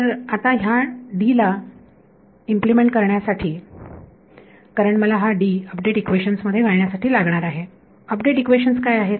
तर आता ह्या ला इम्प्लिमेंट करण्यासाठी कारण मला हा अपडेट इक्वेशन्स मध्ये घालण्यासाठी लागणार आहे अपडेट इक्वेशन्स काय आहेत